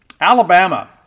Alabama